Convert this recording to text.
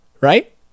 right